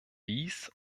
wies